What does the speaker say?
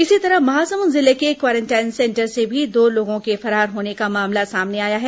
इसी तरह महासमूंद जिले के क्वारेंटाइन सेंटर से भी दो लोगों के फरार होने का मामला सामने आया है